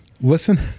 listen